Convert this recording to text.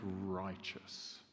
righteous